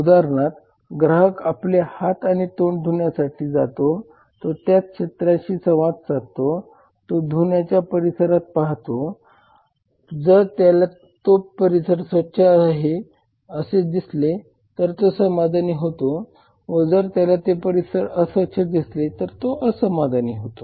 उदाहरणार्थ ग्राहक आपले हात आणि तोंड धुण्यासाठी जातो तो त्या क्षेत्राशी संवाद साधतो तो धुण्याच्या परिसराला पाहतो जर त्याला ते परिसर स्वच्छ आहे असे दिसले तर तो समाधानी होत व जर त्याला ते परिसर अस्वच्छ दिसलेतर तो असमाधानी होतो